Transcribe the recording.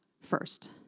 first